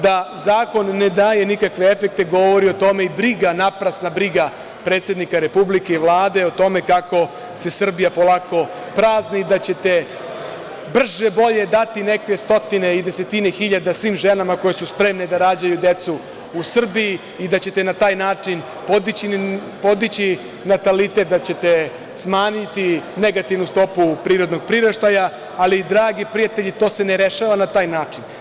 Da zakon ne daje nikakve efekte govori o tome i briga, naprasna briga predsednika Republike i Vlade o tome kako se Srbija polako prazni i da ćete brže bolje dati neke stotine i desetine hiljada svim ženama koje su spremne da rađaju decu u Srbiji i da ćete na taj način podići natalitet, da ćete smanjiti negativnu stopu prirodnog priraštaja, ali dragi prijatelji to se ne rešava na taj način.